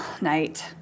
night